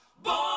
Born